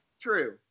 true